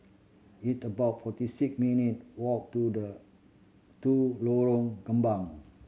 it about forty six minute walk to the to Lorong Kembang